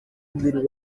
mubiri